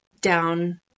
down